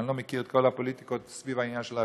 כי אני לא מכיר את כל הפוליטיקות סביב העניין של ההשתלות,